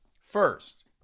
First